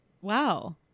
Wow